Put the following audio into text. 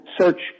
search